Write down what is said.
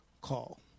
call